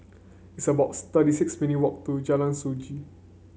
it's about thirty six minute walk to Jalan Sungei